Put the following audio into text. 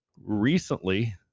Recently